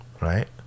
right